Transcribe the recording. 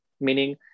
meaning